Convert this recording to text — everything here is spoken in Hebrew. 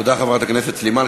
תודה, חברת הכנסת סלימאן.